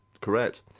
correct